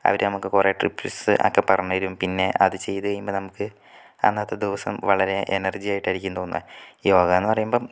അവർ നമുക്ക് കുറെ ടിപ്സ് ഒക്കെ പറഞ്ഞു തരും പിന്നെ അത് ചെയ്തു കഴിയുമ്പോൾ നമുക്ക് അന്നത്തെ ദിവസം വളരെ എനർജി ആയിട്ടായിരിക്കും തോന്നുക യോഗയെന്ന് പറയുമ്പം